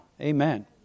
amen